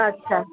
अच्छा